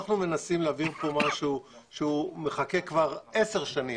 אנחנו מנסים להעביר פה משהו שמחכה כבר עשר שנים,